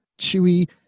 chewy